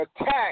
attack